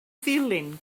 ddilyn